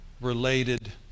related